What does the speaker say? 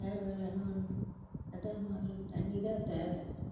வேறு வேலை என்ன பண்ணுவோம் அதுதான் முதல் தண்ணிதான் தேவை